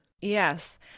yes